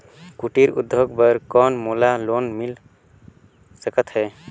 कुटीर उद्योग बर कौन मोला लोन मिल सकत हे?